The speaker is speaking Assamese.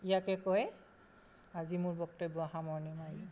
ইয়াকে কৈ আজি মোৰ বক্তব্য সামৰণি মাৰিলোঁ